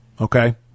Okay